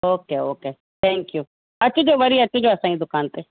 okay okay thank you अचजो वरी अचजो असांजी दुकान ते